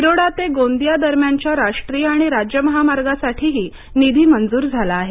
तिरोडा ते गोंदिया दरम्यानच्या राष्ट्रीय आणि राज्य महामार्गासाठीही निधी मंजूर झाला आहे